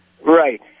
Right